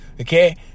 okay